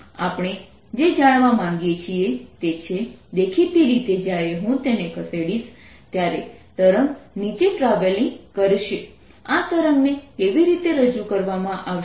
01 sin50t આપણે જે જાણવા માંગીએ છીએ તે છે દેખીતી રીતે જ્યારે હું તેને ખસેડીશ ત્યારે તરંગ નીચે ટ્રાવેલિંગ કરશે આ તરંગને કેવી રીતે રજૂ કરવામાં આવશે